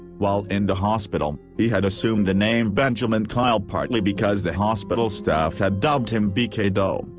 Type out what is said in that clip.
while in the hospital, he had assumed the name benjaman kyle partly because the hospital staff had dubbed him b k. doe,